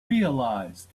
realize